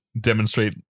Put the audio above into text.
demonstrate